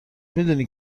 میدونی